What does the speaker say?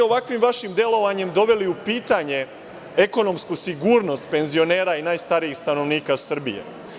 Ovakvim vašim delovanjem doveli ste u pitanje ekonomsku sigurnost penzionera i najstarijih stanovnika Srbije.